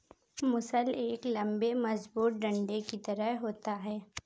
मूसल एक लम्बे मजबूत डंडे की तरह होता है